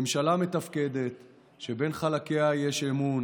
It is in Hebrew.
ממשלה מתפקדת שבין חלקיה יש אמון,